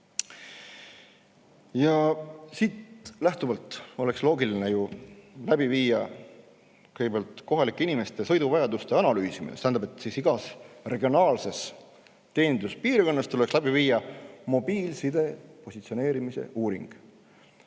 Sellest lähtuvalt oleks loogiline kõigepealt läbi viia kohalike inimeste sõiduvajaduste analüüs. See tähendab, et igas regionaalses teeninduspiirkonnas tuleks läbi viia mobiilside positsioneerimise uuring,